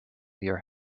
your